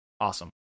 Awesome